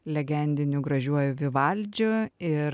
legendiniu gražiuoju vivaldžiu ir